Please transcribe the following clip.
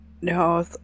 No